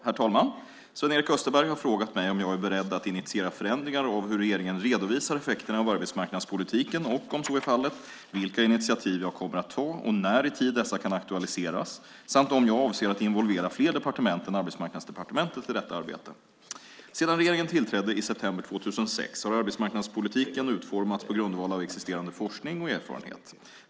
Herr talman! Sven-Erik Österberg har frågat mig om jag är beredd att initiera förändringar av hur regeringen redovisar effekterna av arbetsmarknadspolitiken och, om så är fallet, vilka initiativ jag kommer att ta och när i tid dessa kan aktualiseras samt om jag avser att involvera fler departement än Arbetsmarknadsdepartementet i detta arbete. Sedan regeringen tillträdde i september 2006 har arbetsmarknadspolitiken utformats på grundval av existerande forskning och erfarenhet.